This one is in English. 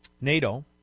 NATO